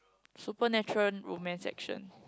supernatural room man section